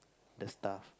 the staff